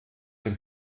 dem